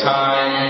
time